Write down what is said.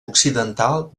occidental